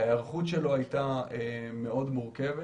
ההיערכות שלו הייתה מאוד מורכבת.